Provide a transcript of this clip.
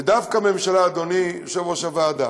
ודווקא ממשלה, אדוני יושב-ראש הוועדה,